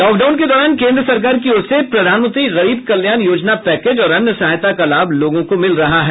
lockdown के दौरान केन्द्र सरकार की ओर से प्रधानमंत्री गरीब कल्याण योजना पैकेज और अन्य सहायता का लाभ लोगों को मिल रहा है